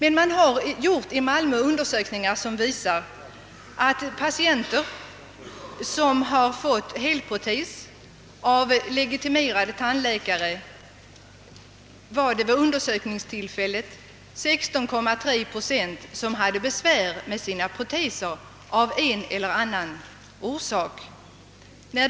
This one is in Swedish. En undersökning som gjordes i Malmö för några år sedan visade att av de patienter som behandlats och fått helprotes av legitimerade tandläkare hade 16,3 procent besvär med sina proteser av en eller annan anledning.